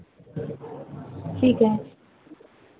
ठीक है